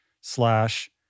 slash